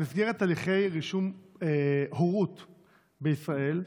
במסגרת הליכי רישום הורות בישראל,